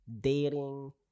dating